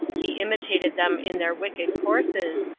he imitated them in their wicked courses,